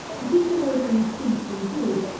to keep the bacon sweet and good,